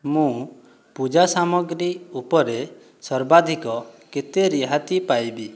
ମୁଁ ପୂଜା ସାମଗ୍ରୀ ଉପରେ ସର୍ବାଧିକ କେତେ ରିହାତି ପାଇବି